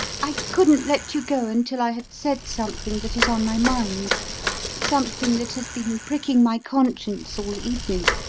i couldn't let you go until i had said something that is on my mind something that has been pricking my conscience all evening.